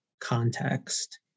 context